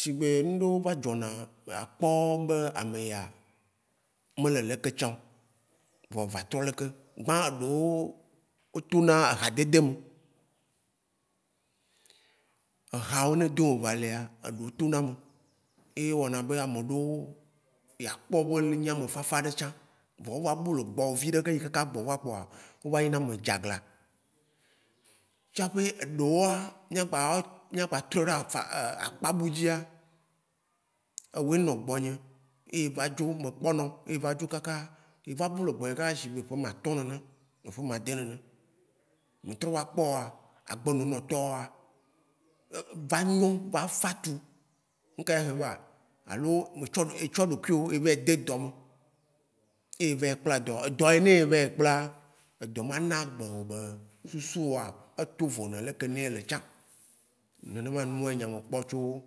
Shigbe nuɖewo va dzɔ na ya kpɔ be ameya leke mele leke tsã o, vɔ va trɔ leke. Gbã eɖewo wo tona ehadede me, ehawo ne do eva lea eɖewo tona me. Ye wɔna be ameɖewo ya kpɔbe wonyi amefafa tsã vɔ wo va bu le gbɔwò viɖe gbe yi kaka va kpoa, wova nyina ame dzagla. Tsaƒe eɖewoa, mìagba trɔe ɖe akpa bu dzia, ewoe nɔ gbɔnye ye va dzo mekpɔnɔ, ye va dzo, ye va bu le gbɔnye kakaaa shi gbe ƒe amatɔ̃ nene, ƒe ame ade nene. Metrɔ va kpɔ wòa, agbenɔnɔ tɔwoa, eva nyo, va fatu, ŋka ye he va? Alo etsɔ ɖokuiwò va yi de dɔ me ye eva yi kpla dɔ, edɔ yi ne eva yi kpla, edɔ ma na gbe wò be susuwòa, eto vo ne leke ye ele tsã. Nenema, numa mekpɔ tso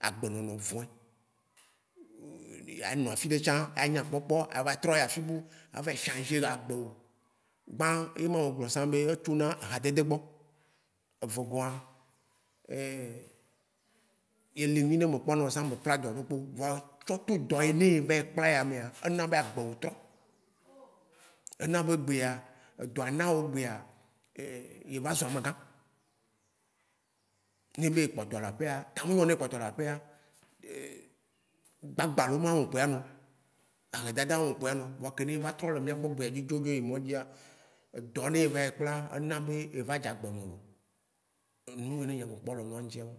agbenɔnɔ vɔ̃e, yanɔ afiɖe tsã anya kpɔkpɔ, ya gba trɔ yi afibu, ava yi changer agbewò. Gbã, ye ma magblɔ sã be etsona hadede gbɔ, evegɔ̃a, ye li nyuiɖe me kpɔnɔ sã mekpla dɔ ɖokpo o, tsɔ to dɔ yi ne eva yi kpla ya mea, ena be agbewò trɔ, ena be egbea, edɔa na be egbea, eva zu amegã. Ne nye be ekpɔtɔ le aƒea, ta menyo ne ekpɔtɔ le aƒea, gbagbalo ma me kpo ya nɔ. Ahedada ma me kpo ya nɔ, vɔa ke ne eva trɔ le mìagbɔ egbea dzo dzo be ye yi mɔdzia, edɔ yi ne va yi kpla, ena be eva dze agbe nɔnɔ. Nu yi ne nyea mekpɔa ye ma.